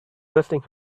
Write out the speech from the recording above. resting